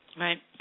Right